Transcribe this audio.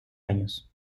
años